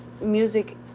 music